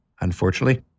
unfortunately